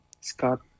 scott